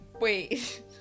Wait